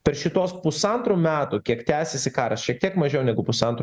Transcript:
per šituos pusantrų metų kiek tęsiasi karas šiek tiek mažiau negu pusantro